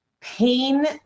pain